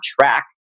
track